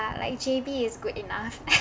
like J_B is good enough